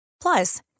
Plus